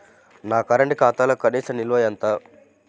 నా కరెంట్ ఖాతాలో కనీస నిల్వ ఎంత?